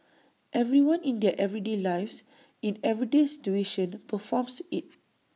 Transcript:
everyone in their everyday lives in everyday situation performs IT